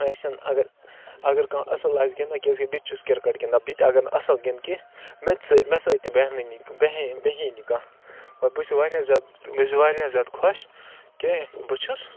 ٲسِن اَگر اگر کانٛہہ اَصٕل آسہِ گِنٛدان کیٛازِکہِ بہٕ تہِ چھُس کِرکَٹ گِنٛدان بہٕ تہِ اگر نہٕ اَصٕل گِنٛدٕ کینٛہہ مےٚ تہِ سۭ مےٚ سۭتۍ تہِ بیٚہَن بیٚہے بیٚہے نہٕ کانٛہہ مطلب بہٕ چھُس واریاہ زیادٕ بہٕ چھُس واریاہ زیادٕ خۄش کہِ بہٕ چھُس